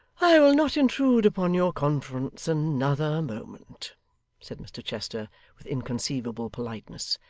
i will not intrude upon your conference another moment said mr chester with inconceivable politeness.